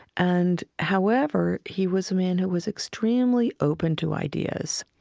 and however, he was a man who was extremely open to ideas